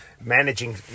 Managing